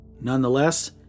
Nonetheless